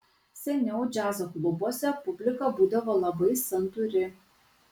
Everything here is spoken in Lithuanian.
seniau džiazo klubuose publika būdavo labai santūri